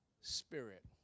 spirit